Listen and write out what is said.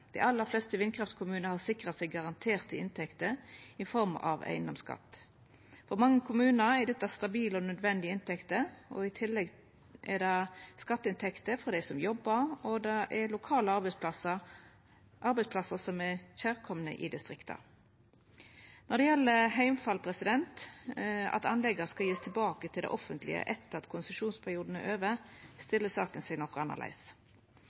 Dei aller fleste vindkraftkommunar har sikra seg garanterte inntekter i form av eigedomsskatt. For mange kommunar er dette stabile og nødvendige inntekter, i tillegg er det skatteinntekter frå dei som jobbar, og det er lokale arbeidsplassar – arbeidsplassar som er kjærkomne i distrikta. Når det gjeld heimfall, at anlegga skal gjevast tilbake til det offentlege etter at konsesjonsperioden er over, stiller saka seg noko